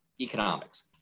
Economics